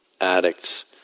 addicts